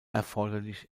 erforderlich